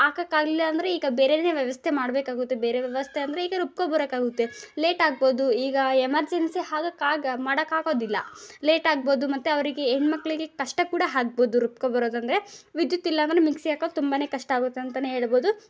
ಹಾಕಕಾಗ್ಲಿಲ್ಲ ಅಂದರೆ ಈಗ ಬೇರೆ ವ್ಯವಸ್ಥೆ ಮಾಡಬೇಕಾಗುತ್ತೆ ಬೇರೆ ವ್ಯವಸ್ಥೆ ಅಂದರೆ ಈಗ ರುಬ್ಕೋಬರೋಕಾಗುತ್ತೆ ಲೇಟಾಗ್ಬೋದು ಈಗ ಎಮರ್ಜೆನ್ಸಿ ಹಾಕೋಕಾಗ ಮಾಡೋಕಾಗೋದಿಲ್ಲ ಲೇಟಾಗ್ಬೋದು ಮತ್ತು ಅವರಿಗೆ ಹೆಣ್ಣುಮಕ್ಳಿಗೆ ಕಷ್ಟ ಕೂಡ ಆಗ್ಬೋದು ರುಬ್ಕೋಬರೋದಂದರೆ ವಿದ್ಯುತ್ ಇಲ್ಲ ಅಂದರೆ ಮಿಕ್ಸಿ ಹಾಕೋಕೆ ತುಂಬಾ ಕಷ್ಟ ಆಗುತ್ತೆ ಅಂತ ಹೇಳ್ಬೋದು